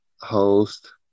host